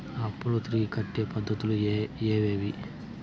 అప్పులు తిరిగి కట్టే పద్ధతులు ఏవేవి